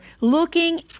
looking